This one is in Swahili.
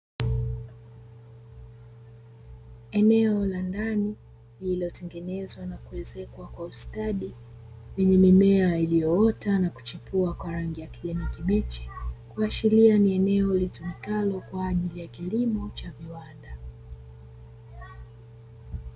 Eneo la ndani lililotengenezwa na kuezekwa kwa ustadi lenye mimea iliyoota na kuchipua kwa rangi ya kijani kibichi. Kuashiria ni eneo litumikalo kwa ajili ya kilimo cha viwanda.